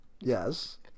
Yes